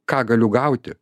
ką galiu gauti